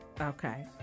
okay